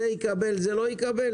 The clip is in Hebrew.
זה יקבל וזה לא יקבל?